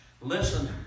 Listen